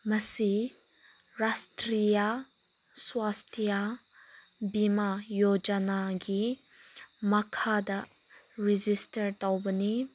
ꯃꯁꯤ ꯔꯥꯁꯇ꯭ꯔꯤꯌꯥ ꯁ꯭ꯋꯥꯁꯇꯤꯌꯥ ꯕꯤꯃꯥ ꯌꯣꯖꯥꯅꯥꯒꯤ ꯃꯈꯥꯗ ꯔꯦꯖꯤꯁꯇꯔ ꯇꯧꯕꯅꯤ